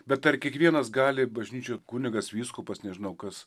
bet ar kiekvienas gali bažnyčioj kunigas vyskupas nežinau kas